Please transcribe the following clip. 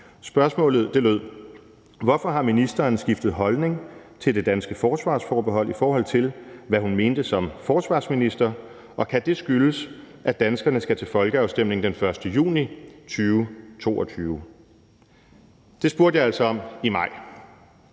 Spørgsmålet lød: Hvorfor har ministeren skiftet holdning til det danske forsvarsforbehold, i forhold til hvad hun mente som forsvarsminister, og kan det skyldes, at danskerne skal til folkeafstemning den 1. juni 2022? Det spurgte jeg altså om i maj.